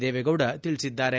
ದೇವೇಗೌಡ ತಿಳಿಸಿದ್ದಾರೆ